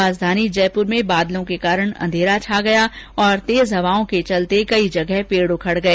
राजधानी जयपुर में बादलों के कारण अंधेरा छा गया और तेज हवाओं के चलते कई पेड़ उखड़ गए